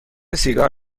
سیگار